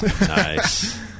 Nice